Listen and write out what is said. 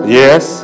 yes